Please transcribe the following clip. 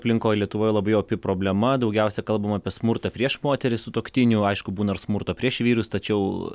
aplinkoj lietuvoj labai opi problema daugiausia kalbama apie smurtą prieš moteris sutuoktinių aišku būna ir smurto prieš vyrus tačiau